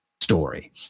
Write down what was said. story